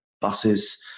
buses